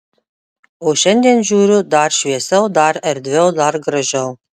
o šiandien žiūriu dar šviesiau dar erdviau dar gražiau